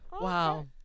Wow